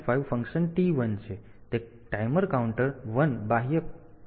5 function T 1 છે અને તે ટાઈમર કાઉન્ટર 1 બાહ્ય ઇનપુટ છે